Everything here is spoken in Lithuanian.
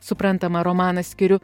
suprantama romaną skiriu